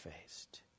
faced